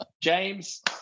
james